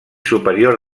superior